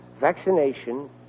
vaccination